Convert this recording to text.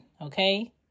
okay